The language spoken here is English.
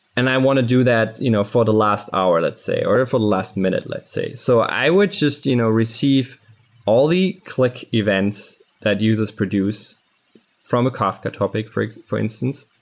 and i want to do that you know for the last hour, let's say, or for last minute let's say. so i would just you know receive all the click events that users produce from a kafka topic, for for instance,